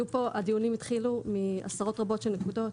הדיונים התחילו מעשרות רבות של נקודות.